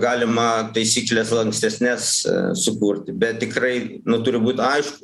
galima taisykles lankstesnes sukurti bet tikrai nu turi būt aišku